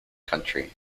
country